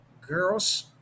girls